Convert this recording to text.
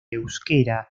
euskera